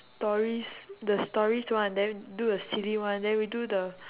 stories the stories one then do a silly one then we do the